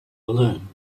alone